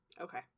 Okay